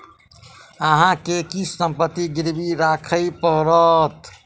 अहाँ के किछ संपत्ति गिरवी राखय पड़त